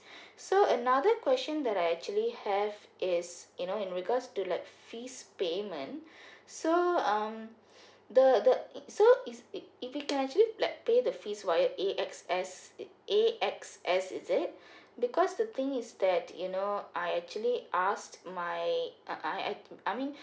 so another question that I actually have is you know in regards to like fees payment so um the the it so is it if we can actually like pay the fees via A_X_S A_X_S is it because the thing is that you know I actually ask my I I I mean